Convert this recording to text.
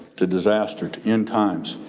to disaster, to end times.